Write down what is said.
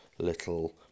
Little